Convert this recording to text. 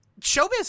Showbiz